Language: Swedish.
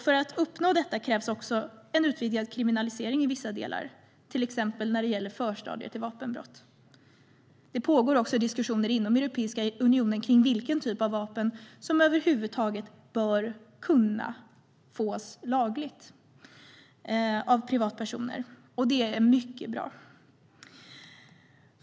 För att uppnå detta krävs en utvidgad kriminalisering i vissa delar, till exempel när det gäller förstadier till vapenbrott. Det pågår också diskussioner inom Europeiska unionen kring vilken typ av vapen som över huvud taget bör kunna fås lagligt av privatpersoner. Det är mycket bra.